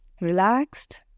Relaxed